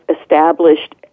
established